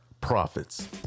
profits